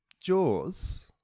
Jaws